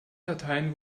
dateien